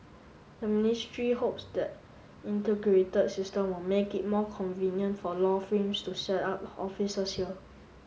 the ministry hopes that integrated system will make it more convenient for law frames to set up offices here